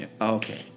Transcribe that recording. Okay